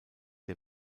der